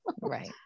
Right